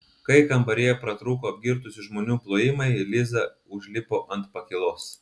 kai kambaryje pratrūko apgirtusių žmonių plojimai liza užlipo ant pakylos